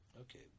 okay